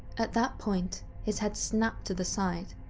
at that point, his head snapped to the side,